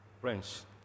friends